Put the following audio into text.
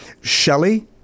Shelley